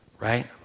Right